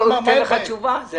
הוא נותן לך תשובה.